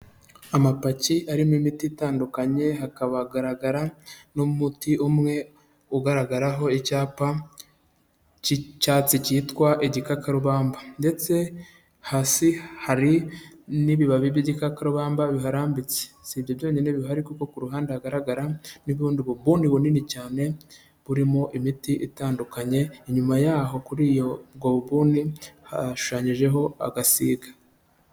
Amapaki arimo imiti itandukanye hakaba hagaragara n'umuti umwe ugaragaraho icyapa cy'icyatsi cyitwa igikakarubamba ndetse hasi hari n'ibibabi by'igikakarubamba biharambitse, si ibyo byonyine bihari kuko ku ruhande hagaragara n'ubundi bubuni bunini cyane burimo imiti itandukanye, inyuma yaho kuri ubwo bubuni hashushanyijeho agasiga.